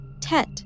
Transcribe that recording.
Tet